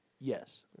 Yes